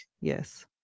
Yes